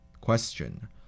Question